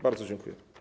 Bardzo dziękuję.